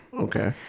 Okay